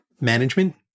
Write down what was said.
management